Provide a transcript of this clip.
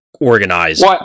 organized